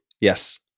Yes